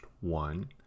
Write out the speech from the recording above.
One